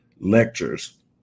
lectures